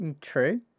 True